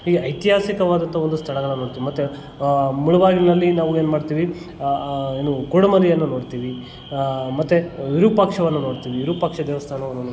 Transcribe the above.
ಈ ಐತಿಹಾಸಿಕವಾದಂಥ ಒಂದು ಸ್ಥಳಗಳನ್ನು ನೋಡ್ತೀವಿ ಮತ್ತೆ ಮುಳುಬಾಗಿಲಿನಲ್ಲಿ ನಾವು ಏನು ಮಾಡ್ತೀವಿ ಏನು ಕುರುಡುಮಲೆಯನ್ನ ನೋಡ್ತೀವಿ ಮತ್ತೆ ವಿರೂಪಾಕ್ಷವನ್ನು ನೋಡ್ತೀವಿ ವಿರೂಪಾಕ್ಷ ದೇವಸ್ಥಾನವನ್ನು ನೋಡ್ತೀವಿ